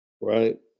right